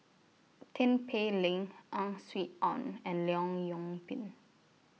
Tin Pei Ling Ang Swee Aun and Leong Yoon Pin